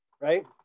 right